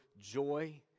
joy